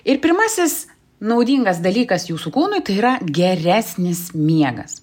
ir pirmasis naudingas dalykas jūsų kūnui tai yra geresnis miegas